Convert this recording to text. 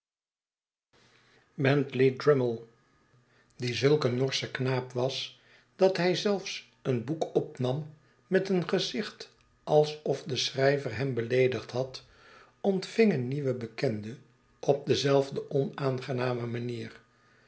bentley drummle die zulk een norsche knaap was dat hij zelfs een boek opnam met een gezicht alsof de schrijver hem beleedigd had ontving een nieuwen bekende op dezelfde onaangename manier